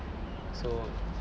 so